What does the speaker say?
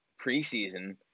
preseason –